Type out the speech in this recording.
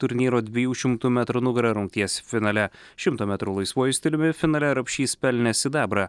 turnyro dviejų šimtų metrų nugara rungties finale šimto metrų laisvuoju stiliumi finale rapšys pelnė sidabrą